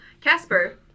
Casper